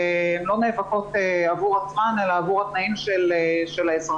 והן לא נאבקות עבור עצמן אלא עבור התנאים של האזרחים.